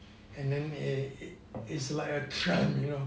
and then eh is like a tram you know